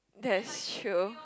that's true